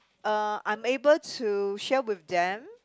uh I'm able to share with them